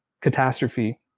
catastrophe